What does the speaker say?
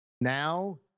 Now